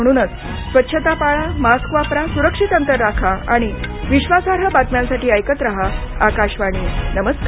म्हणूनच स्वच्छता पाळा मास्क वापरा सुरक्षित अंतर राखा आणि विश्वासार्ह बातम्यांसाठी ऐकत राहा आकाशवाणी नमस्कार